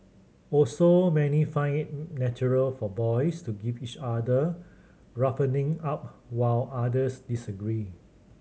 also many find it natural for boys to give each other roughening up while others disagree